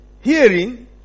hearing